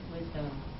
wisdom